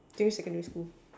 same secondary school